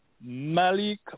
Malik